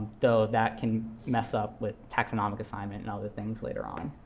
though that can mess up with taxonomic assignment and other things later on.